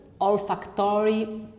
olfactory